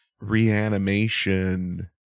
Reanimation